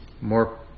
more